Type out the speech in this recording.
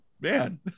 man